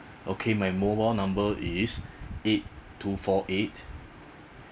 okay my mobile number is eight two four eight